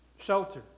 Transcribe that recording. Shelter